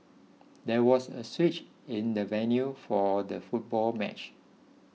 there was a switch in the venue for the football match